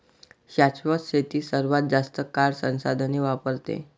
शाश्वत शेती सर्वात जास्त काळ संसाधने वापरते